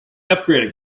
upgrading